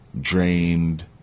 drained